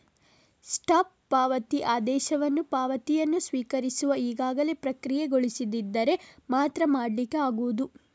stop ಪಾವತಿ ಆದೇಶವನ್ನ ಪಾವತಿಯನ್ನ ಸ್ವೀಕರಿಸುವವರು ಈಗಾಗಲೇ ಪ್ರಕ್ರಿಯೆಗೊಳಿಸದಿದ್ದರೆ ಮಾತ್ರ ಮಾಡ್ಲಿಕ್ಕೆ ಆಗುದು